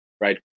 right